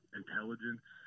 intelligence